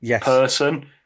person